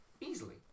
easily